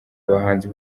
abahanzi